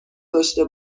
داشته